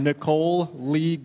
nicole league